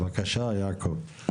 בבקשה, יעקב.